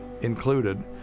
included